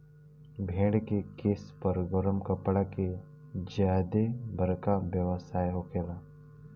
भेड़ के केश पर गरम कपड़ा के ज्यादे बरका व्यवसाय होखेला